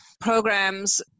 Programs